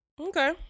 Okay